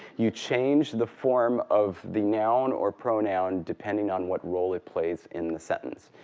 you change the form of the noun or pronoun depending on what role it plays in the sentence.